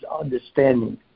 understanding